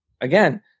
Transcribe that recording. again